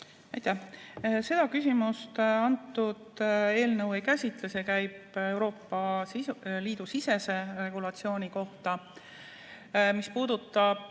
Seda küsimust eelnõu ei käsitle, see käib Euroopa Liidu sisese regulatsiooni kohta. Mis puudutab